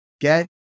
get